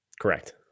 Correct